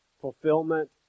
fulfillment